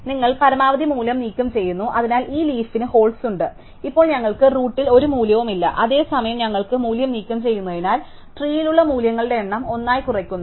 നിങ്ങൾ പരമാവധി മൂല്യം നീക്കംചെയ്യുന്നു അതിനാൽ ഈ ലീഫിനു ഹോൾസ് ഉണ്ട് ഇപ്പോൾ ഞങ്ങൾക്ക് റൂട്ടിൽ ഒരു മൂല്യവുമില്ല അതേ സമയം ഞങ്ങൾക്ക് മൂല്യം നീക്കംചെയ്യുന്നതിനാൽ ട്രീയിലുള്ള മൂല്യങ്ങളുടെ എണ്ണം ഒന്നായി കുറയ്ക്കുന്നു